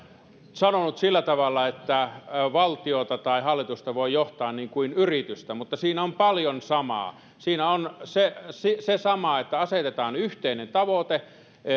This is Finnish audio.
sanonut sillä tavalla että valtiota tai hallitusta voi johtaa niin kuin yritystä mutta siinä on paljon samaa siinä on se sama että asetetaan yhteinen tavoite